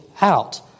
out